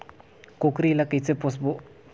कूकरी ला कइसे पोसबो?